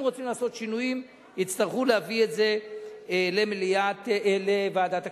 ואם רוצים לעשות שינויים יצטרכו להביא את זה לוועדת הכספים.